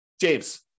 James